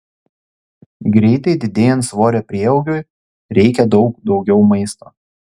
greitai didėjant svorio prieaugiui reikia daug daugiau maisto